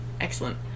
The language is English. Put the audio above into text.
Excellent